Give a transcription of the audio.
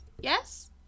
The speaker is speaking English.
yes